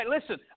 listen